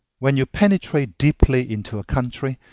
when you penetrate deeply into a country,